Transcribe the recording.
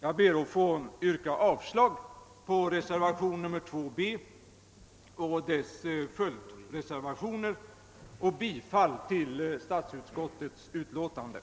Jag ber att få yrka avslag på reservationen 2 b och dess följdreservation samt bifall till statsutskottets hemställan.